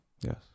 Yes